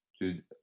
dude